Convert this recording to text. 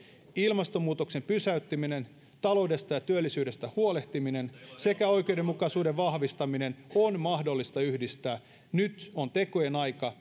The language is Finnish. ilmastonmuutoksen pysäyttäminen taloudesta ja työllisyydestä huolehtiminen sekä oikeudenmukaisuuden vahvistaminen on mahdollista yhdistää nyt on tekojen aika